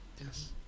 Yes